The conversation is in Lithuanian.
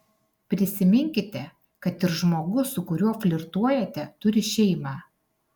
prisiminkite kad ir žmogus su kuriuo flirtuojate turi šeimą